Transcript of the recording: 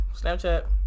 Snapchat